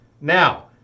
Now